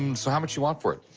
um so how much you want for it?